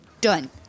Done